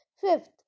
Fifth